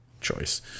choice